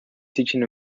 teaching